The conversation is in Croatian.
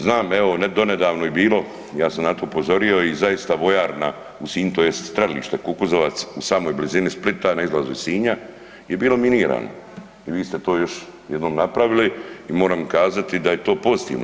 Znam evo donedavno je bilo ja sam na to upozorio i zaista vojarna u Sinju tj. strelište Kukuzovac u samoj blizini Splita na izlazu iz Sinja je bilo minirano i vi ste to još jednom napravili i moram kazati da je to pozitivno.